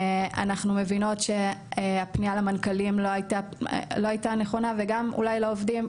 אנחנו מבינות שהפנייה למנכ"לים לא הייתה נכונה וגם אולי לעובדים.